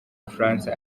bufaransa